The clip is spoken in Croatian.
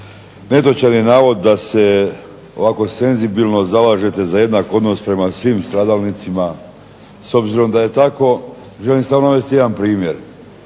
netočan je navod da se ovako senzibilno zalažete za jednak odnos prema svim stradalnicima. S obzirom da je tako želim samo navesti jedan primjer,